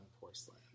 porcelain